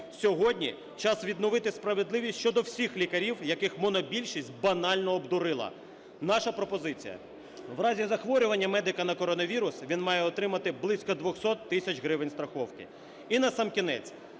Сьогодні час відновити справедливість щодо всіх лікарів, яких монобільшість банально обдурила. Наша пропозиція. В разі захворювання медика на коронавірус він має отримати близько 200 тисяч гривень страховки. І насамкінець,